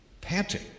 panting